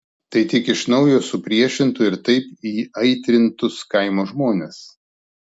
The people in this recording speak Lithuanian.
tai tik iš naujo supriešintų ir taip įaitrintus kaimo žmones